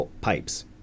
pipes